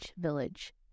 village